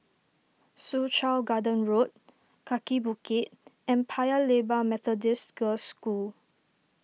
Soo Chow Garden Road Kaki Bukit and Paya Lebar Methodist Girls' School